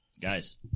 guys